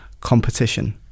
Competition